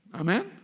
Amen